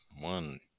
one